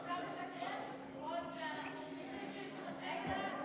אתה מסכם או אתה מן המניין?